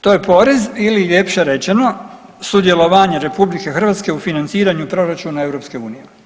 To je porez ili ljepše rečeno sudjelovanje RH u financiraju proračuna EU.